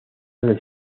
del